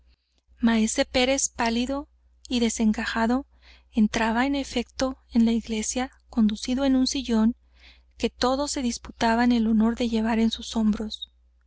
maese pérez pálido y desencajado entraba en efecto en la iglesia conducido en un sillón que todos se disputaban el honor de llevar en sus hombros